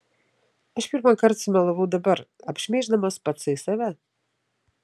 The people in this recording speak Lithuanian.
aš pirmąkart sumelavau dabar apšmeiždamas patsai save